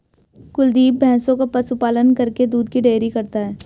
कुलदीप भैंसों का पशु पालन करके दूध की डेयरी करता है